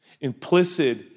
Implicit